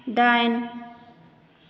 दाइन